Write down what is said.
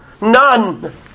None